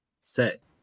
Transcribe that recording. set